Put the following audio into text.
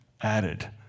added